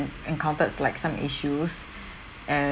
encountered like some issues and